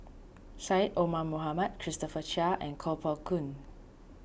Syed Omar Mohamed Christopher Chia and Kuo Pao Kun